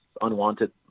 unwanted